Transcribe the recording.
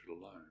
alone